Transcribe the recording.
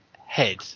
head